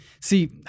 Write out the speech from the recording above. See